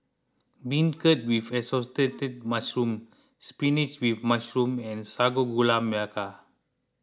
Beancurd with Assorted Mushrooms Spinach with Mushroom and Sago Gula Melaka